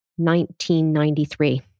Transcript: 1993